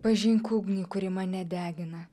pažink ugnį kuri mane degina